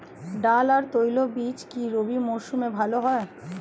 ডাল আর তৈলবীজ কি রবি মরশুমে ভালো হয়?